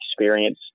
experience